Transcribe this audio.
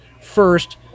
first